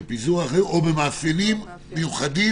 בפיזור אחר או במאפיינים מיוחדים.